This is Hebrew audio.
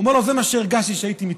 הוא אומר לו: זה מה שהרגשתי כשהייתי מתחת.